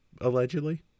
allegedly